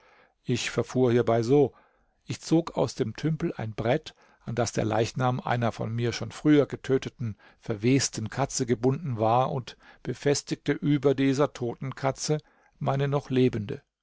ich verfuhr hiebei so ich zog aus dem tümpel ein brett an das der leichnam einer von mir schon früher getöteten verwesten katze gebunden war und befestigte über dieser toten katze meine noch lebende